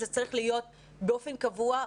זה צריך להיות באופן קבוע,